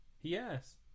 yes